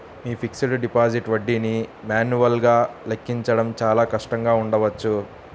మీ fixed deposit వడ్డీని మాన్యువల్గా లెక్కించడం చాలా కష్టంగా ఉండవచ్చు